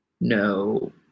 No